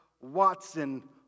Watson